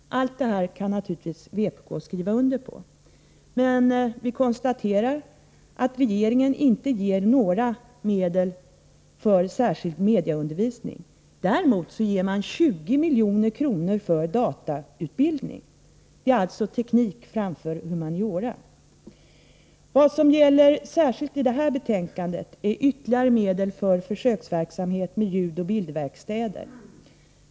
Allt detta kan naturligtvis vpk skriva under på, men vi konstaterar att regeringen inte ger några medel för särskild medieundervisning. Däremot ger man 20 milj.kr. för datautbildning. Det är alltså teknik framför humaniora. Vad det handlar om särskilt i detta betänkande är ytterligare medel för försöksverksamhet med ljudoch bildverkstäder.